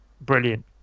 brilliant